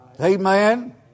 Amen